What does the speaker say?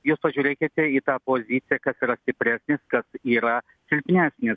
jūs pažiūrėkite į tą poziciją kas yra stipresnis kas yra silpnesnis